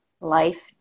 life